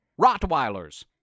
Rottweilers